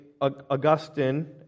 Augustine